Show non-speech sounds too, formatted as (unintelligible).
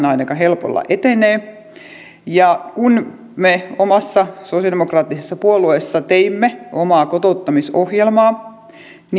(unintelligible) ainakaan ihan helpolla etenee kun me omassa sosialidemokraattisessa puolueessa teimme omaa kotouttamisohjelmaa